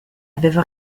aveva